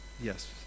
Yes